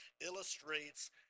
illustrates